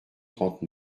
trente